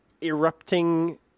erupting